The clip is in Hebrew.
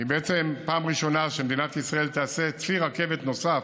כי בעצם בפעם הראשונה מדינת ישראל תעשה ציר רכבת נוסף,